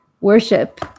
worship